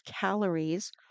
calories